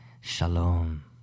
Shalom